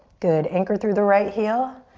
good, anchor through the right heel.